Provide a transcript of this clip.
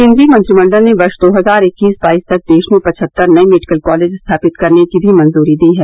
केंद्रीय मंत्रिमंडल ने वर्ष दो हजार इक्कीस बाईस तक देश में पचहत्तर नए मेडिकल कॉलेज स्थापित करने की भी मंजूरी दी है